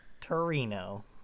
Torino